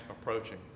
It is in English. approaching